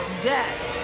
dead